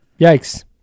Yikes